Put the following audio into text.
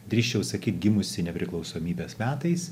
drįsčiau sakyt gimusi nepriklausomybės metais